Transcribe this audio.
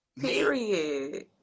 Period